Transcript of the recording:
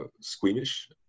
squeamish